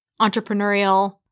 entrepreneurial